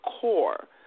core